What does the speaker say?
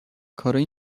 کارای